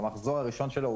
במחזור הראשון שלו,